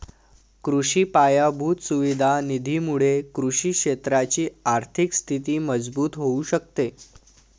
कृषि पायाभूत सुविधा निधी मुळे कृषि क्षेत्राची आर्थिक स्थिती मजबूत होऊ शकते